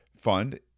fund